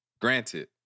Granted